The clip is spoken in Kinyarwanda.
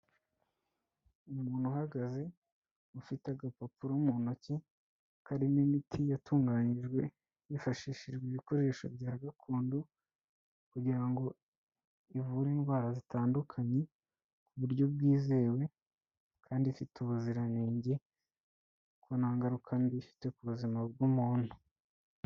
Umuntu uhagaze ufite agapapuro mu ntoki karimo imiti yatunganyijwe hifashishijwe ibikoresho bya gakondo, kugira ngo ivure indwara zitandukanye ku buryo bwizewe, kandi ifite ubuziranenge kuko nta ngaruka mbi ifite ku buzima bw'umuntu.